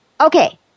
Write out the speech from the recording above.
okay